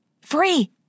Free